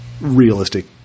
realistic